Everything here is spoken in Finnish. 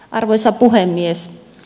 arvoisa puhemies